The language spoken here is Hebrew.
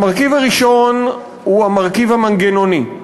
המרכיב הראשון הוא המרכיב המנגנוני,